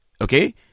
Okay